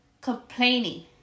complaining